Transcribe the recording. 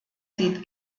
sieht